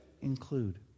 include